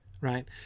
right